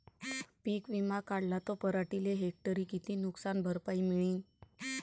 पीक विमा काढला त पराटीले हेक्टरी किती नुकसान भरपाई मिळीनं?